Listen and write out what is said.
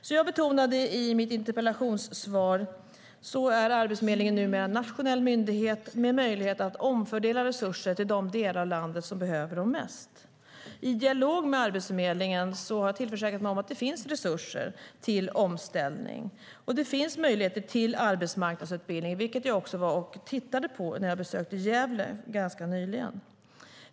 Som jag betonade i mitt interpellationssvar är Arbetsförmedlingen numera en nationell myndighet med möjlighet att omfördela resurser till de delar av landet som behöver dem mest. I dialog med Arbetsförmedlingen har jag försäkrat mig om att det finns resurser till omställning och möjligheter till arbetsmarknadsutbildning, vilket jag såg när jag besökte Gävle ganska nyligen.